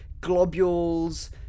globules